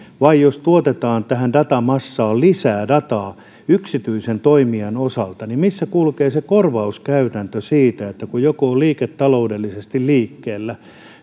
tai jos tuotetaan tähän datamassaan lisää dataa yksityisen toimijan osalta niin missä kulkee se korvauskäytäntö kun joku on liiketaloudellisesti liikkeellä